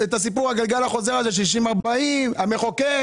הסיפור הגלגל החוזר הזה 60-40, המחוקק.